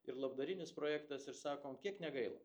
ir labdarinis projektas ir sakom kiek negaila